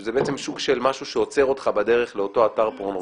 שזה בעצם סוג של משהו שעוצר אותך בדרך לאותו אתר פורנוגרפי,